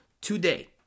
today